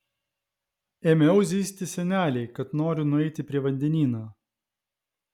ėmiau zyzti senelei kad noriu nueiti prie vandenyno